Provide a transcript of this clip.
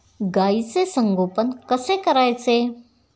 गाईचे संगोपन कसे करायचे?